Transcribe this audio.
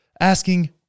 asking